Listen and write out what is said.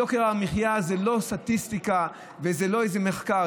יוקר המחיה זה לא סטטיסטיקה וזה לא איזה מחקר.